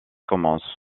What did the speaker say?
commence